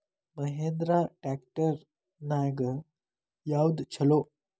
Mahindra tractor ನ್ಯಾಗ ಯಾವ್ದ ಛಲೋ?